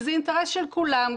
וזה אינטרס של כולם,